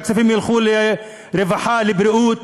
במקום שהכספים ילכו לרווחה, לבריאות,